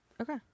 Okay